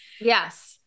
Yes